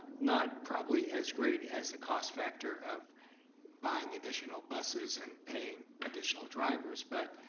not probably as great as the cost factor of buying additional buses and paying additional drivers. but